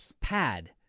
pad